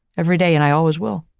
every day, and i always will,